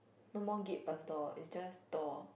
no more gate pass door is just door